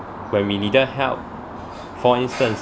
when we needed help for instance